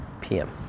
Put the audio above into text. PM